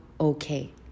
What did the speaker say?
okay